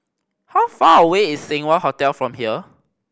how far away is Seng Wah Hotel from here